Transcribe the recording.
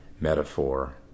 metaphor